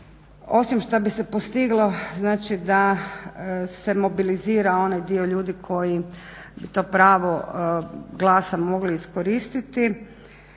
osim što bi se postiglo da se mobilizira broj ljudi koji bi to pravo glasa mogli iskoristiti